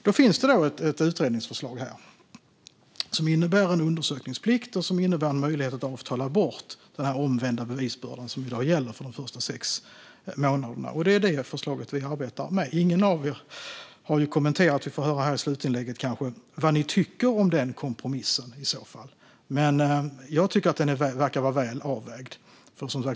Då finns det ett utredningsförslag som innebär en undersökningsplikt och en möjlighet att avtala bort den omvända bevisbördan som i dag gäller för de första sex månaderna. Det är detta förslag som vi arbetar med. Ingen av er har kommenterat - vi får kanske höra det i slutinlägget - vad ni tycker om denna kompromiss i så fall. Men jag tycker att den verkar vara väl avvägd.